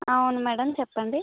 అవును మేడం చెప్పండి